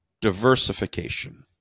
diversification